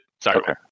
Sorry